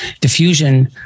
diffusion